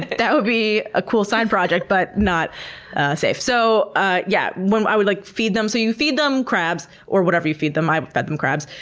that would be a cool side project, but not safe. so ah yeah when i would like feed them, so you feed them crabs or whatever you feed them. i fed them crabs.